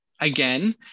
again